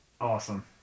Awesome